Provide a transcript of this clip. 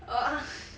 err